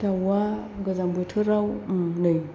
दाउआ गोजां बोथोराव नै